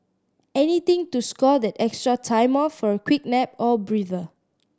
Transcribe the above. anything to score that extra time off for a quick nap or breather